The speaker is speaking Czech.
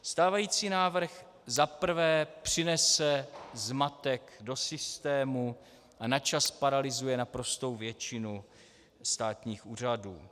Stávající návrh za prvé přinese zmatek do systému a na čas paralyzuje naprostou většinu státních úřadů.